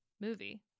movie